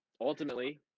Ultimately